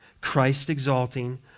Christ-exalting